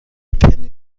پنی